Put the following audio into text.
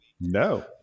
no